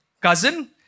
cousin